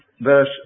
verse